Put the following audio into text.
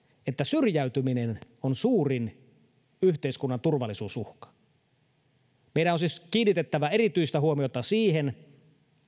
että syrjäytyminen on suurin yhteiskunnan turvallisuusuhka meidän on siis kiinnitettävä erityistä huomiota siihen